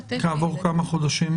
כעבור כמה חודשים?